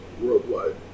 worldwide